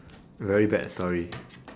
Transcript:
very bad story